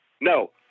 No